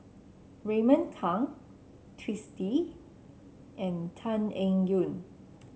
Raymond Kang Twisstii and Tan Eng Yoon